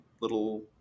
little